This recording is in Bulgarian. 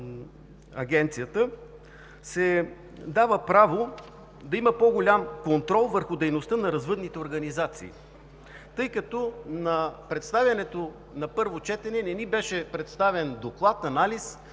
Агенцията се дава право да има по-голям контрол върху дейността на развъдните организации. На първо четене не ни беше представен доклад и анализ